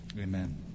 amen